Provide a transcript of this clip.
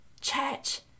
church